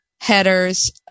headers